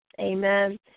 Amen